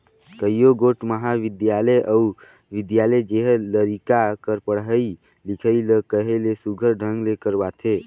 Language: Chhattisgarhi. कइयो गोट महाबिद्यालय अउ बिद्यालय जेहर लरिका कर पढ़ई लिखई ल कहे ले सुग्घर ढंग ले करवाथे